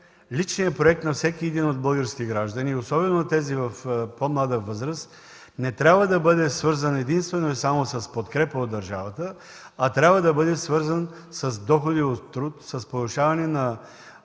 личният проект на всеки един от българските граждани и особено тези в по-млада възраст не трябва да бъде свързан единствено и само с подкрепа от държавата, а трябва да бъде свързан с доходи от труд, с повишаване на